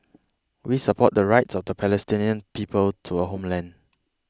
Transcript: we support the rights of the Palestinian people to a homeland